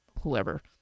whoever